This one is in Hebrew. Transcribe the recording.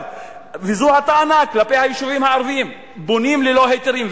וזו הטענה כלפי היישובים הערביים: בונים ללא היתרים.